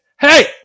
Hey